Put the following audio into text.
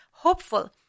Hopeful